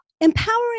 Empowering